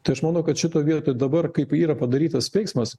tai aš manau kad šitoj vietoj dabar kaip yra padarytas veiksmas